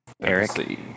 Eric